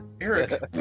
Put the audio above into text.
Eric